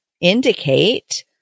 indicate